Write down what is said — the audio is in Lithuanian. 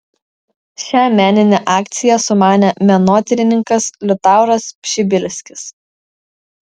šią meninę akciją sumanė menotyrininkas liutauras pšibilskis